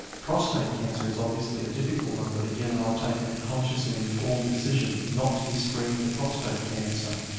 prostate cancer is obviously a difficult one, but again i've taken a conscious and informed decision not to be screened for prostate cancer.